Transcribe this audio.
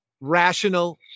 rational